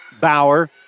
Bauer